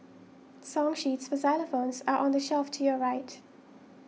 song sheets for xylophones are on the shelf to your right